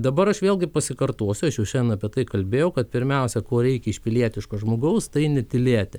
dabar aš vėl gi pasikartosiu aš jau šiandien apie tai kalbėjau kad pirmiausia ko reikia iš pilietiško žmogaus tai netylėti